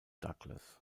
douglas